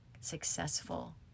successful